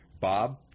Bob